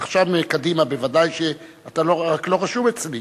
עכשיו מקדימה, בוודאי, אתה רק לא רשום אצלי.